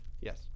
Yes